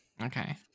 Okay